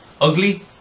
ugly